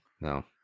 No